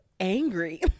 angry